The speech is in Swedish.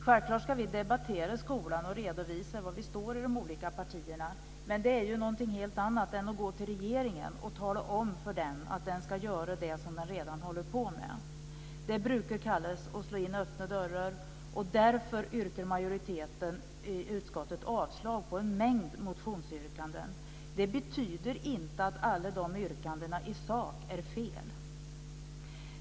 Självklart ska vi debattera skolan och redovisa var vi står i de olika partierna, men det är något helt annat än att gå till regeringen och tala om för den att den ska göra det som den redan håller på med. Det brukar kallas att slå in öppna dörrar. Därför yrkar majoriteten i utskottet avslag på en mängd motionsförslag. Det betyder inte att alla de förslagen i sak är fel.